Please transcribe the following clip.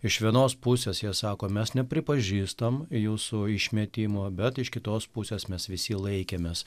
iš vienos pusės jie sako mes nepripažįstam jūsų išmetimo bet iš kitos pusės mes visi laikėmės